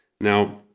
Now